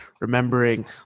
remembering